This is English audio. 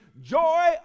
joy